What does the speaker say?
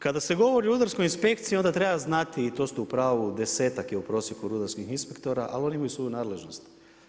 Kada se govori o rudarskoj inspekciji, onda treba znati i to ste u pravu, desetak je u prosjeku rudarskih inspektora ali oni imaju svoju nadležnost.